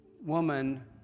woman